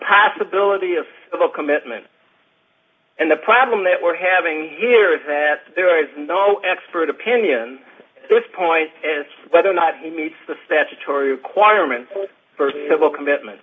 ability of of a commitment and the problem that we're having here is that there is no expert opinion this point as to whether or not he meets the statutory requirement for civil commitment